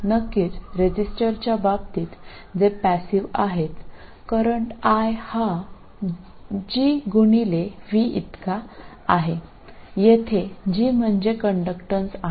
नक्कीच रेझिस्टरच्या बाबतीत जे पॅसिव आहेत करंट I हा G गुणिले V इतका आहे येथे G म्हणजे कंडक्टन्स आहे